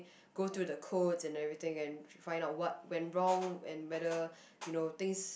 go to the codes and everything and find out what went wrong and whether you know things